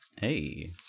Hey